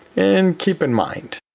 and keep in mind,